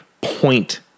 point